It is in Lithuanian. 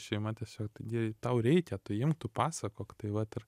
šeima tiesiog jei tau reikia tu imk tu pasakok tai vat ir